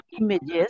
images